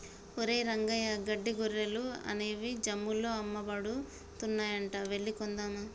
ఒరేయ్ రంగయ్య గడ్డి గొర్రెలు అనేవి జమ్ముల్లో అమ్మబడుతున్నాయంట వెళ్లి కొందామా